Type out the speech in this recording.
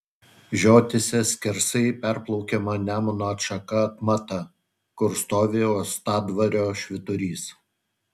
žiotyse skersai perplaukiama nemuno atšaka atmata kur stovi uostadvario švyturys